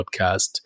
Podcast